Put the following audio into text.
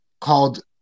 called